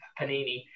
panini